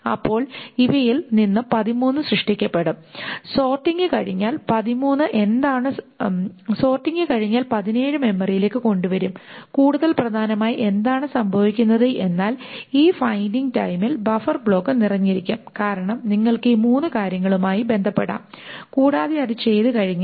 അപ്പോൾ ഇവയിൽ നിന്ന് 13 സൃഷ്ടിക്കപ്പെടും സോർട്ടിംഗ് കഴിഞ്ഞാൽ 17 മെമ്മറിയിലേക്ക് കൊണ്ടുവരും കൂടുതൽ പ്രധാനമായി എന്താണ് സംഭവിക്കുന്നത് എന്നാൽ ഈ ഫൈൻഡിങ് ടൈമിൽ ബഫർ ബ്ലോക്ക് നിറഞ്ഞിരിക്കും കാരണം നിങ്ങൾക്ക് ഈ മൂന്ന് കാര്യങ്ങളുമായി ബന്ധപ്പെടാം കൂടാതെ അത് ചെയ്തുകഴിഞ്ഞു